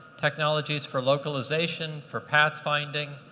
technologies for localization, for pathfinding.